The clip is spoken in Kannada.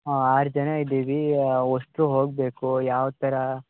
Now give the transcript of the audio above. ಹಾಂ ಆರು ಜನ ಇದ್ದೀವಿ ಅವು ಅಷ್ಟು ಹೋಗಬೇಕು ಯಾವ ಥರ